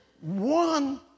one